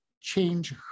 change